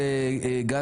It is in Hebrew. ולמשל,